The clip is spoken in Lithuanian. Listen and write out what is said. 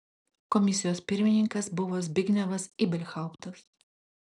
komisijos pirmininkas buvo zbignevas ibelhauptas